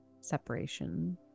separation